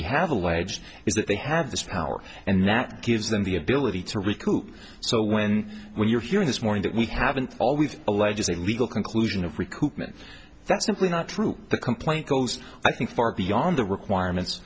we have alleged is that they have this power and that gives them the ability to recoup so when when you're hearing this morning that we haven't always alleges a legal conclusion of recoupment that's simply not true the complaint goes i think far beyond the requirements